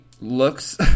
looks